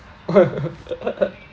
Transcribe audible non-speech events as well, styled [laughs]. [laughs]